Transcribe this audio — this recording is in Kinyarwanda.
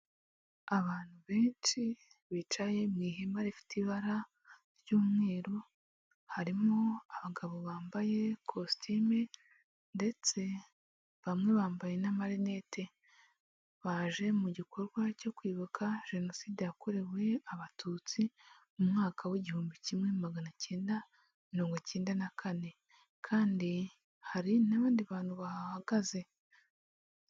Abantu benshi bicaye mu ihema rifite ibara ry'umweru, harimo abagabo bambaye ikositime ndetse bamwe bambaye n'amanete, baje mu gikorwa cyo kwibuka jenoside yakorewe abatutsi mu mwaka w'igihumbi kimwe magana acyenda mirongo icyenda na kane kandi hari n'abandi bantu bahahagaze.